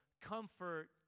comfort